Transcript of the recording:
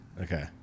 Okay